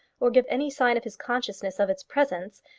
or give any sign of his consciousness of its presence,